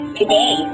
today